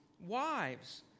wives